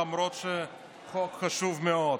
למרות שזה חוק חשוב מאוד.